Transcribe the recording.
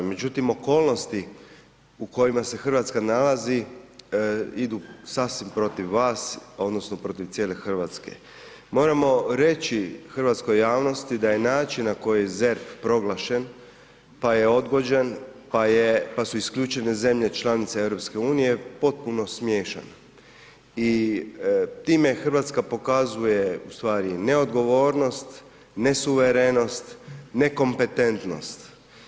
Međutim, okolnosti u kojima se RH nalazi idu sasvim protiv vas odnosno protiv cijele RH, moramo reći hrvatskoj javnosti da je način na koji je ZERP proglašen, pa je odgođen, pa je, pa su isključene zemlje članice EU, potpuno smiješan i time RH pokazuje u stvari neodgovornost, nesuverenost, nekompetentnost.